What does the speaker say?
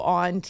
on